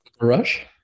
Rush